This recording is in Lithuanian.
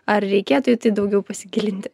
ar reikėtų daugiau pasigilinti